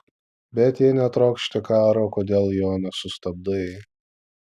bet jei netrokšti karo kodėl jo nesustabdai